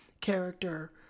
character